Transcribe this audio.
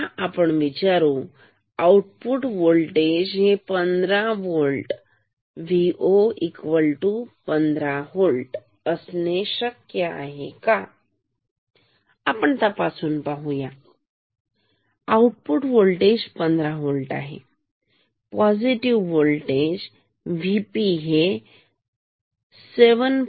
आता आपण विचारू आउटपुट वोल्टेज हे पंधरा होल्ट V o 15 होल्ट असणे शक्य आहे का आपण तपासून पाहू तर आउटपुट होल्टेज 15 होल्ट आहे पॉझिटिव्ह वोल्टेज VP हे 7